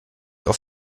auf